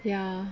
ya